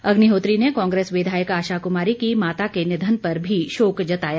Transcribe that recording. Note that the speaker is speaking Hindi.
अग्निहोत्री ने कांग्रेस विधायक आशा कुमारी की माता के निधन पर भी शोक जताया